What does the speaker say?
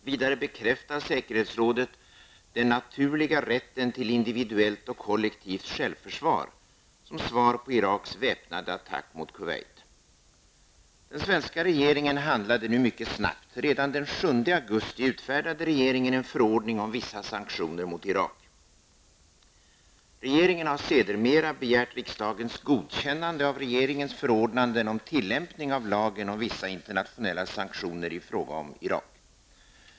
Vidare bekräftar säkerhetsrådet den naturliga rätten till individuellt och kollektivt självförsvar som svar på Iraks väpnade attack mot Kuwait. Den svenska regeringen handlade nu mycket snabbt. Redan den 7 augusti utfärdade regeringen en förordning om vissa sanktioner mot Irak. Regeringen har sedermera begärt riksdagens godkännande av regeringens förordnanden om tillämpning av lagen om vissa internationella sanktioner i fråga om Irak.